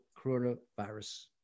coronavirus